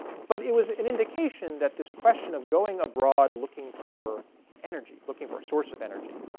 but it was an indication that this question of going abroad looking for energy, looking for a source of energy,